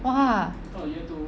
!wah!